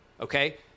okay